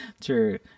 True